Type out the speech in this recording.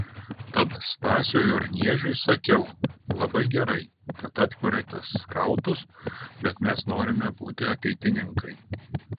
tad stasiui urniežiui sakiau labai gerai kad atkuriate skautus bet mes norime būti ateitininkai